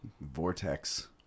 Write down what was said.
vortex